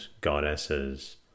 goddesses